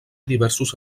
diversos